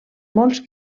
molts